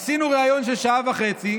עשינו ריאיון של שעה וחצי.